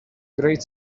great